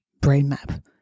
brainmap